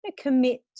Commit